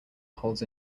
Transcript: holds